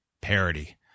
parody